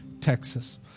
Texas